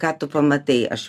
ką tu pamatai aš